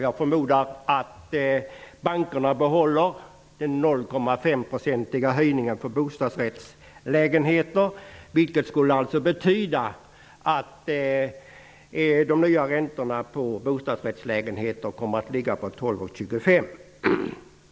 Jag förmodar att bankerna för bostadsrättslägenheter behåller en 0,5 % högre räntesats, vilket skulle betyda en ny räntesats för bostadsrättslägenheter på 12,25 %.